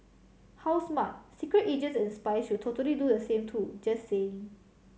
how smart secret agents and spies should totally do the same too just saying